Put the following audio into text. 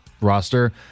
roster